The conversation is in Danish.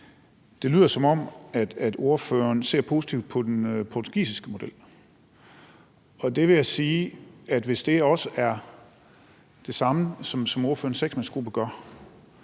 Det lyder, som om ordføreren ser positivt på den portugisiske model, og jeg vil sige, at hvis det også er det samme, som ordførerens seksmandsgruppe gør,